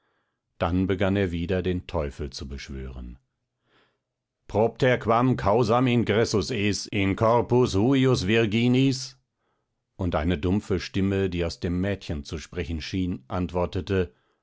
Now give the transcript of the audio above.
dann begann er wieder den teufel zu beschwören propter quam causam ingressus es in corpus huius virginis und eine dumpfe stimme die aus dem mädchen zu sprechen schien antwortete